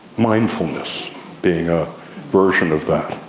mindfulness being a version of that.